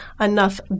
enough